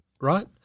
right